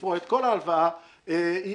לפרוע את כל ההלוואה, ולה.